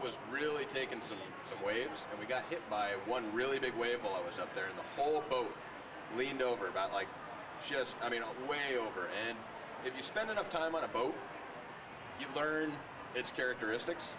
was really taken some waves and we got hit by one really big wave i was up there in the full boat leaned over about like just i mean all the way over and if you spend enough time on a boat you learn its characteristics